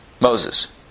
Moses